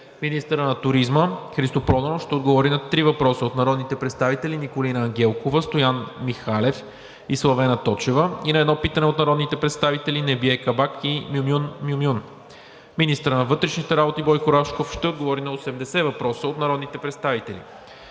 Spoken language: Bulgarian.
Министърът на туризма Христо Проданов ще отговори на три въпроса от народните представители Николина Ангелкова; Стоян Михалев; и Славена Точева; и на едно питане от народните представители Небие Кабак и Мюмюн Мюмюн. 15. Министърът на вътрешните работи Бойко Рашков ще отговори на 80 въпроса от народните представители